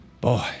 Boy